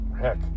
Heck